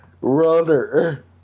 runner